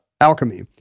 alchemy